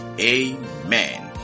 Amen